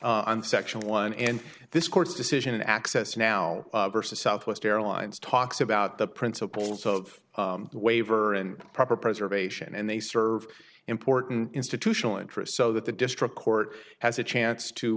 on section one and this court's decision in access now versus southwest airlines talks about the principles of waiver and proper preservation and they serve important institutional interest so that the district court has a chance to